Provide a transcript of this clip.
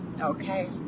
okay